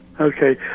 Okay